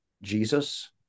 jesus